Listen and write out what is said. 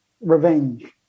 revenge